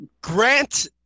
Grant